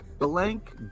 blank